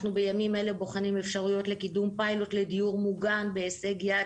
בימים אלה אנחנו בוחנים אפשרויות לקידום פיילוט לדיור מוגן בהישג יד.